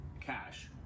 cash